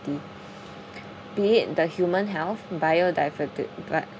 be it the human health